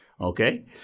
Okay